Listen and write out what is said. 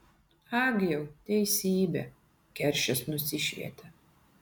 ag jau teisybė keršis nusišvietė